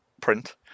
print